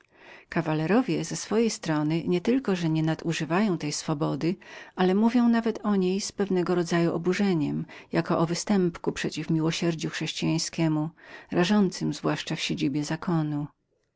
ogłoszonem kawalerowie ze swojej strony nie tylko że nienadużywają tej swobody ale mówią nawet o niej z pewnym rodzajem oburzenia jako o występku przeciw miłosierdziu chrześcijańskiemu dającemu zgorszenie zakonu